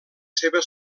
seva